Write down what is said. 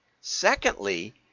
secondly